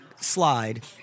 slide